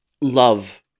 love